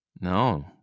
No